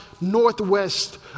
northwest